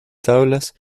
tablas